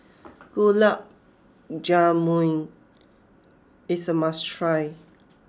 Gulab Jamun is a must try